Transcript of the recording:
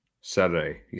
Saturday